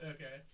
Okay